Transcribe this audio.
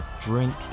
drink